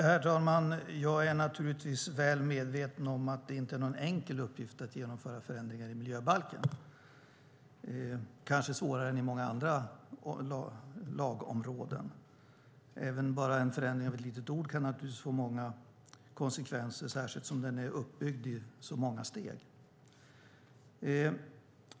Herr talman! Jag är naturligtvis väl medveten om att det inte är någon enkel uppgift att genomföra förändringar i miljöbalken. Det kanske är svårare än på många andra lagområden. Även en förändring av bara ett litet ord kan naturligtvis få många konsekvenser, särskilt som miljöbalken är uppbyggd i så många steg.